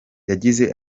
yagize